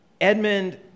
Edmund